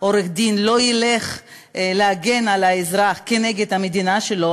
עורך-דין לא ילך להגן על האזרח כנגד המדינה שלו,